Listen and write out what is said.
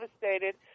devastated